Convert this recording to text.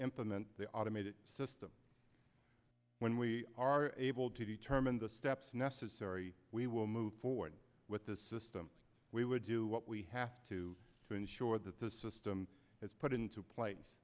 implement the automated system when we are able to determine the steps necessary we will move forward with this system we would do what we have to to ensure that the system is put into place